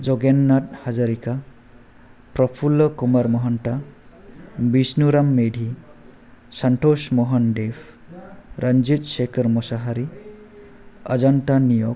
Jagannath Hazarika Prafulla Kumar Mahanta Bishnuram Medhi Santosh Mohan Deb Ranjit Sekhar Mushahary Ajanta Neog